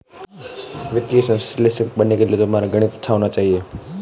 वित्तीय विश्लेषक बनने के लिए तुम्हारा गणित अच्छा होना चाहिए